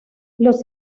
los